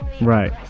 right